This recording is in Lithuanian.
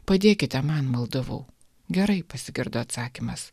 padėkite man maldavau gerai pasigirdo atsakymas